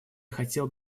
хотел